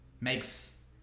Makes